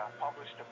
published